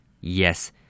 Yes